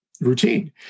routine